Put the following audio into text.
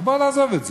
אבל בוא נעזוב את זה.